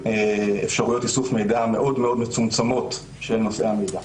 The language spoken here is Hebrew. אפשרויות איסוף מידע מאוד מצומצמות של נושאי המידע.